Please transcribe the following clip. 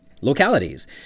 Localities